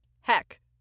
Heck